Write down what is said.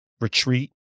retreat